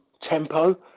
tempo